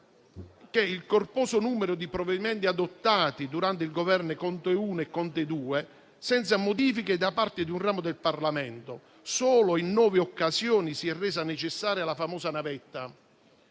il corposo numero di provvedimenti adottati durante i Governi Conte I e Conte II senza modifiche da parte di un ramo del Parlamento; solo in nove occasioni si è resa necessaria la famosa navetta.